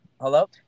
hello